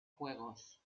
juegos